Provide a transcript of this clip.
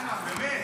איימן, באמת.